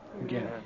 again